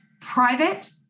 private